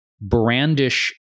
brandish